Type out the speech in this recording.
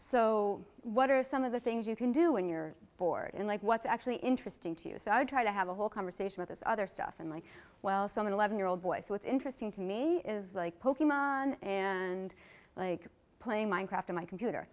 so what are some of the things you can do when you're bored and like what's actually interesting to you so i try to have a whole conversation with this other stuff and like well some eleven year old boy so it's interesting to me is like poking and like playing minecraft on my computer